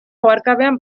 oharkabean